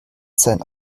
sein